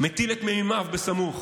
מטיל את מימיו בסמוך.